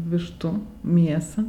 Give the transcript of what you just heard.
vištų mėsą